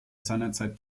seinerzeit